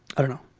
i don't know